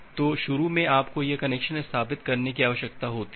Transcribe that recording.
तो शुरू में आपको यह कनेक्शन स्थापित करने की आवश्यकता होती है